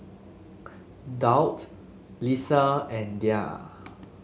Daud Lisa and Dhia